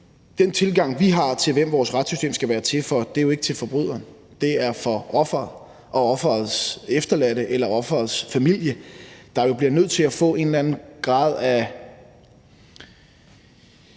den tilgang, vi har til, hvem vores retssystem skal være til for, er ikke beregnet på forbryderen. Det er for offeret og offerets efterladte eller offerets familie, der jo bliver nødt til at få en eller anden grad af